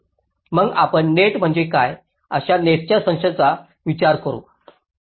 मग आपण नेट म्हणजे काय अशा नेट च्या संचाचा विचार करतो